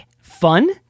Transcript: fun